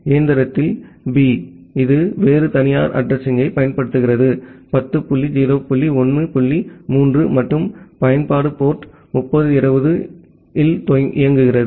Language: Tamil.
இயந்திரத்தில் பி இது வேறு தனியார் அட்ரஸிங்யைப் பயன்படுத்துகிறது 10 டாட் 0 டாட் 1 டாட் 3 மற்றும் பயன்பாடு போர்ட் 3020 இல் இயங்குகிறது